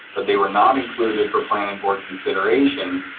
but they were not included for planning board consideration.